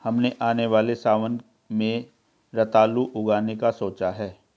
हमने आने वाले सावन में रतालू उगाने का सोचा है